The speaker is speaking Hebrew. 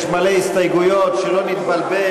יש מלא הסתייגויות, שלא נתבלבל.